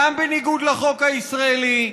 גם בניגוד לחוק הישראלי,